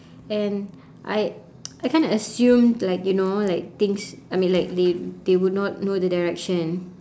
and I I kinda assumed like you know like things I mean like they they would not know the direction